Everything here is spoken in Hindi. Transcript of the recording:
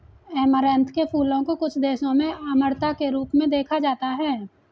ऐमारैंथ के फूलों को कुछ देशों में अमरता के रूप में देखा जाता है